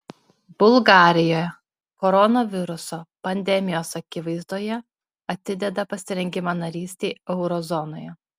bulgarija koronaviruso pandemijos akivaizdoje atideda pasirengimą narystei euro zonoje